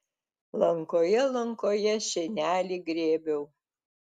lankoje lankoje šienelį grėbiau